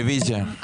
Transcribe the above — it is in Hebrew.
רוויזיה.